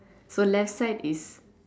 so left side is